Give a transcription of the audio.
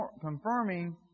confirming